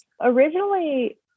Originally